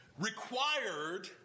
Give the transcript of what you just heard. required